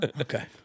Okay